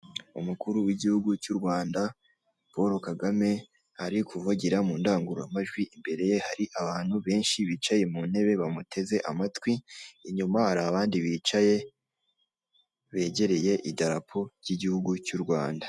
Umukuru w'iguhugu cy' u Rwanda Polo Kagame ari kuvugira mu ndangururamajwi, imbere ye hari abantu benshi bicaye mu ntebe bamuteze amatwi inyuma hari abandi bicaye begereye idarapo ry'iguhugu cy' u Rwanda.